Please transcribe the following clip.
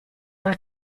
una